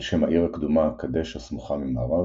על שם העיר הקדומה קדש הסמוכה ממערב,